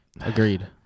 Agreed